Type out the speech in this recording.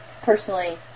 personally